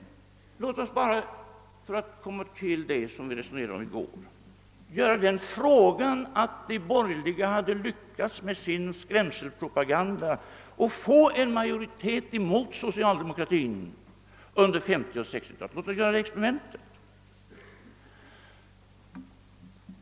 Låt oss emellertid, för att anknyta till det som vi resonerade om i går, göra det tankeexperimentet, att de borgerliga hade lyckats med sin skrämselpropaganda och fått majoritet mot socialdemokraterna under 1950 och 1960-talen.